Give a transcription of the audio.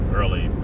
early